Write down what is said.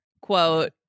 quote